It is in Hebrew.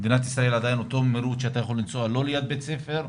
ובמדינת ישראל אותה המהירות שאתה יכול לנסוע לא ליד בית ספר,